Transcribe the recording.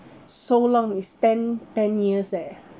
so long is ten ten years leh